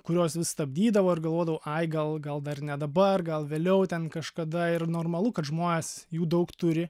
kurios vis stabdydavo ir galvodavau ai gal gal dar ne dabar gal vėliau ten kažkada ir normalu kad žmonės jų daug turi